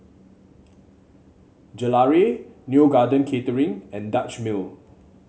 Gelare Neo Garden Catering and Dutch Mill